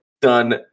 done